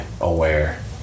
aware